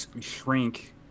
shrink